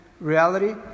reality